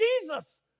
Jesus